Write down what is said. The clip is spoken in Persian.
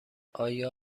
آیا